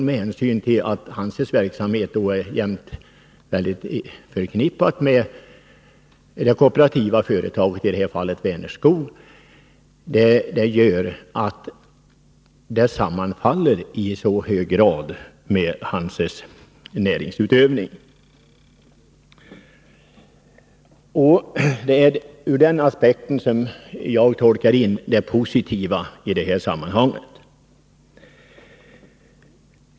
Med hänsyn till att hans verksamhet är intimt förknippad med det kooperativa företagets — i detta fall Vänerskog — sammanfaller detta i hög grad med hans näringsutövning. Det är ur den synvinkeln jag tolkar in det positiva i det här sammanhanget.